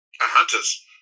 hunters